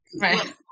Right